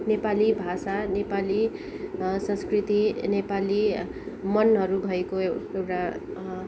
नेपाली भाषा नेपाली संस्कृति नेपाली मनहरू भएको एउटा